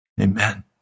Amen